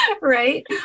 right